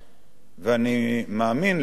ואני מאמין לדבריה,